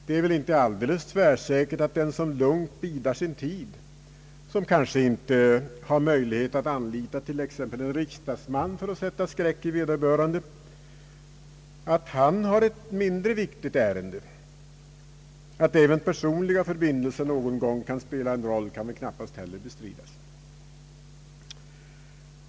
Det är väl inte alldeles tvärsäkert att den som lugnt bidar sin tur — som kanske inte har möjlighet att anlita t.ex. en riksdagsman för att sätta skräck i vederbörande — har ett mindre viktigt ärende. Att även personliga förbindelser någon gång kan spela en roll kan väl knappast heller bestridas.